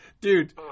Dude